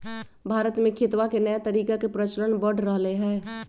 भारत में खेतवा के नया तरीका के प्रचलन बढ़ रहले है